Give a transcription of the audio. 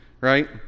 right